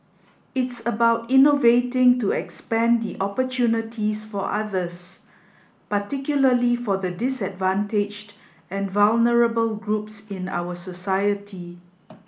it's about innovating to expand the opportunities for others particularly for the disadvantaged and vulnerable groups in our society